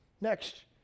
Next